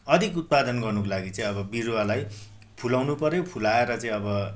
अधिक उत्पादन गर्नुको लागि चाहिँ अब बिरुवालाई फुलाउनु पर्यो फुलाएर चाहिँ आब